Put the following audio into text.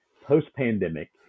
Post-pandemic